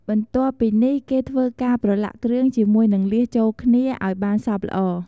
បន្ទាប់ពីនេះគេធ្វើការប្រឡាក់គ្រឿងជាមួយនឹងលៀសចូលគ្នា ឲ្យបានសព្វល្អ។